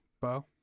Bo